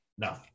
No